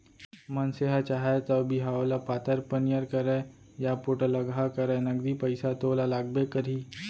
मनसे ह चाहे तौ बिहाव ल पातर पनियर करय या पोठलगहा करय नगदी पइसा तो ओला लागबे करही